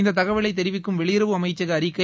இந்த தகவலை தெரிவிக்கும் வெளியுறவு அமைச்சக அறிக்கை